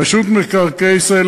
רשות מקרקעי ישראל,